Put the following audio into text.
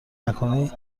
نکنی